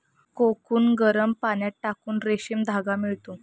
cocoon गरम पाण्यात टाकून रेशीम धागा मिळतो